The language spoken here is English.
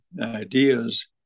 ideas